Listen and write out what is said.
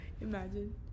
Imagine